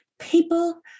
people